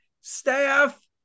staff